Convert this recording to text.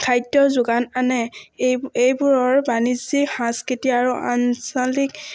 খাদ্য যোগান আনে এই এইবোৰৰ বাণিজ্যিক সাংস্কৃতি আৰু আঞ্চলিক